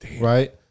Right